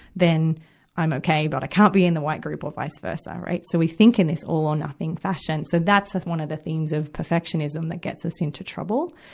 then i'm okay, but i can't be in the white group or vice versa right. so we think in this all or nothing fashion. so that's one of the themes of perfectionism that gets us into trouble.